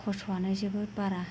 खस्थ'आनो जोबोद बारा